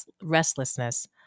restlessness